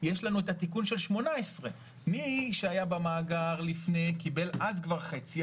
יש לנו את התיקון של 2018. מי שהיה במאגר לפני קיבל אז כבר חצי,